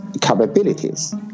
capabilities